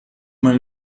mal